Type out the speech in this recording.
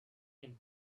and